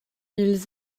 ils